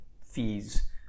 fees